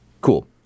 Cool